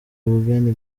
ubugeni